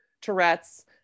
Tourette's